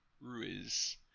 Ruiz